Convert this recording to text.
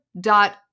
dot